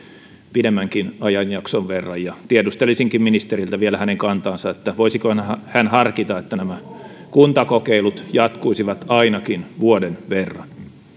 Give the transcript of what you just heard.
pidemmänkin ajanjakson verran tiedustelisinkin ministeriltä vielä hänen kantaansa voisiko hän harkita että nämä kuntakokeilut jatkuisivat ainakin vuoden verran